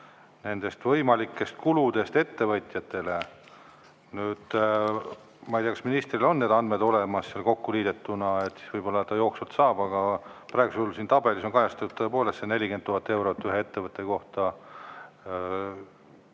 nendest võimalikest kuludest ettevõtjatele. Ma ei tea, kas ministril on need andmed olemas seal kokku liidetuna. Võib-olla ta jooksvalt saab, aga praegusel juhul siin tabelis on kajastatud tõepoolest see 40 000 eurot ühe ettevõtte kohta,